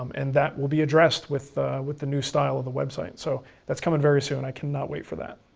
um and that will be addressed with the with the new style of the website. so that's coming very soon. i cannot wait for that.